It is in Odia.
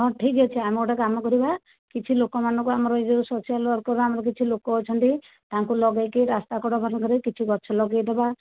ହଁ ଠିକ ଅଛି ଆମେ ଗୋଟିଏ କାମ କରିବା କିଛି ଲୋକମାନଙ୍କୁ ଆମର ଏଇ ଯେଉଁ ସୋସିଆଲ ୱାର୍କରରୁ ଆମର କିଛି ଲୋକ ଅଛନ୍ତି ତାଙ୍କୁ ଲଗାଇକି ରାସ୍ତାକଡ଼ମାନଙ୍କରେ କିଛି ଗଛ ଲଗାଇଦେବା